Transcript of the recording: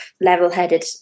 level-headed